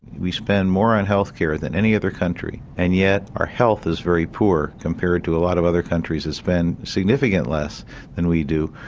we spend more on healthcare than any other country and yet, our health is very poor, compared to a lot of other countries that spend significantly less than we do,